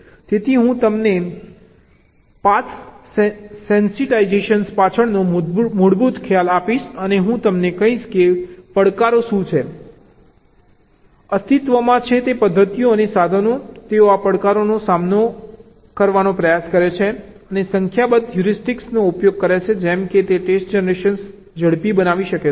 તેથી હું તમને પાથ સેન્સિટાઇઝેશન પાછળનો મૂળભૂત ખ્યાલ આપીશ અને હું તમને કહીશ કે પડકારો શું છે અસ્તિત્વમાં છે તે પદ્ધતિઓ અને સાધનો તેઓ આ પડકારોનો સામનો કરવાનો પ્રયાસ કરે છે અને સંખ્યાબંધ હ્યુરિસ્ટિક્સ નો ઉપયોગ કરે છે જેમ કે ટેસ્ટ જનરેશન ઝડપી બની શકે છે